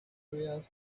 veas